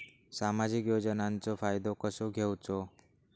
सामाजिक योजनांचो फायदो कसो घेवचो?